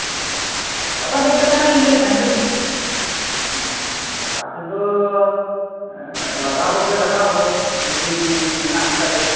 ᱮᱸ ᱟᱫᱚ ᱦᱮᱡ ᱠᱟᱛᱮ ᱦᱟᱸᱜ ᱤᱧ ᱞᱟᱹᱭᱟᱹᱧ ᱞᱟᱥᱴ ᱨᱮᱫᱚ ᱞᱟᱜᱟᱣᱚᱜ ᱜᱮᱭᱟ ᱞᱟᱜᱟᱣ ᱫᱚ ᱡᱩᱫᱤ ᱢᱮᱱᱟᱜ ᱠᱚ ᱠᱷᱟᱡ ᱫᱚ